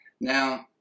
Now